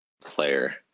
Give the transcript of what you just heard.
player